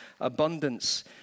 abundance